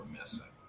missing